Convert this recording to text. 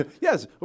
Yes